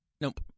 Nope